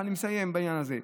אני מסיים בעניין הזה,